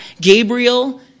Gabriel